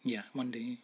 ya one day